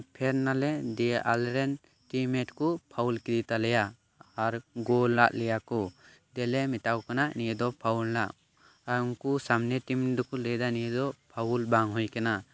ᱯᱷᱮᱰ ᱱᱟᱞᱮ ᱫᱤᱭᱮ ᱟᱞᱮᱨᱮᱱ ᱴᱤᱢ ᱢᱮᱴ ᱠᱚ ᱯᱷᱟᱣᱩᱞ ᱠᱮᱫᱮ ᱛᱟᱞᱮᱭᱟ ᱟᱨ ᱜᱳᱞᱟᱫ ᱞᱮᱭᱟ ᱠᱚ ᱫᱤᱭᱮᱞᱮ ᱢᱮᱛᱟ ᱠᱚ ᱠᱟᱱᱟ ᱱᱤᱭᱟᱹ ᱫᱚ ᱯᱷᱟᱣᱩᱞ ᱮᱱᱟ ᱟᱨ ᱩᱱᱠᱩ ᱥᱟᱢᱱᱮ ᱴᱤᱢ ᱫᱚᱠᱚ ᱞᱟᱹᱭ ᱮᱫᱟ ᱱᱤᱭᱟᱹ ᱫᱚ ᱯᱷᱟᱣᱩᱞ ᱵᱟᱝ ᱦᱩᱭ ᱟᱠᱟᱱᱟ